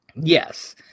yes